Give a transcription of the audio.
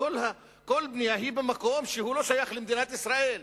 כלומר כל בנייה שהיא במקום שלא שייך למדינת ישראל,